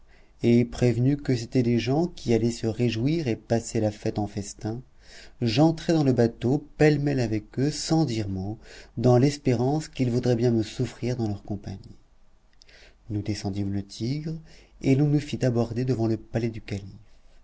et prévenu que c'étaient des gens qui allaient se réjouir et passer la fête en festin j'entrai dans le bateau pêle-mêle avec eux sans dire mot dans l'espérance qu'ils voudraient bien me souffrir dans leur compagnie nous descendîmes le tigre et l'on nous fit aborder devant le palais du calife